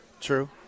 True